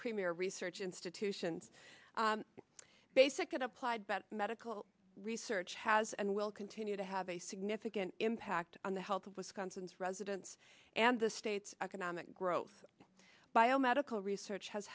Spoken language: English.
premier research institutions basic applied better medical research has and will continue to have a significant impact on the health of wisconsin's residents and the state's economic growth biomedical research has